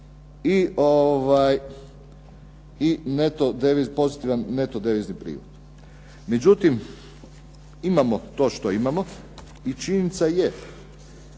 i pozitivan neto devizni priliv. Međutim, imamo to što imamo i činjenica je